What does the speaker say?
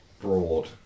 broad